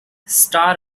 star